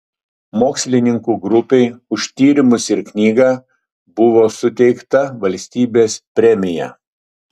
mokslininkų grupei už tyrimus ir knygą buvo suteikta valstybės premija